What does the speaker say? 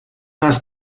hast